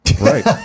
Right